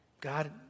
God